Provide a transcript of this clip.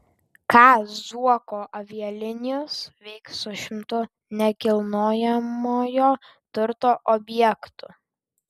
ką zuoko avialinijos veiks su šimtu nekilnojamojo turto objektų